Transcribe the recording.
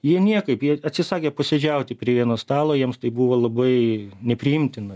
jie niekaip jie atsisakė posėdžiauti prie vieno stalo jiems tai buvo labai nepriimtina